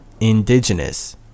indigenous